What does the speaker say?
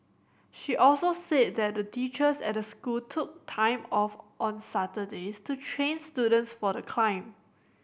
she also said that the teachers at the school took time off on Saturdays to train students for the climb